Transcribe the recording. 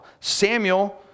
Samuel